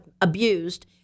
abused